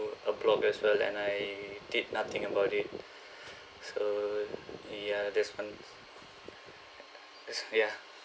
a block as well and I did nothing about it so ya that's one's that's yeah